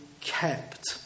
kept